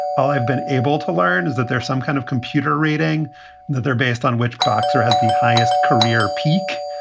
i've been able to learn that there's some kind of computer reading that they're based on which boxer has the highest career peak.